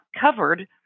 covered